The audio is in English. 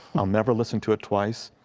i'll never listened to it twice,